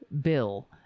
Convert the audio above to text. bill